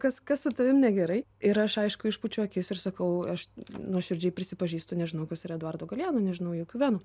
kas kas su tavim negerai ir aš aišku išpučiu akis ir sakau aš nuoširdžiai prisipažįstu nežinau kas yra eduardo galeano nežinau jokių venų